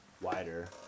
wider